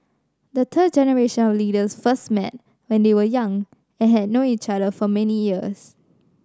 the third generation of leaders first met when they were young and had known each other for many years